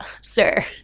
sir